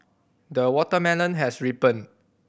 the watermelon has ripened